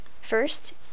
First